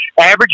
Average